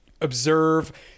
observe